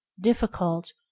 Difficult